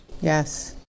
Yes